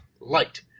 light